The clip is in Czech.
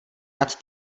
nad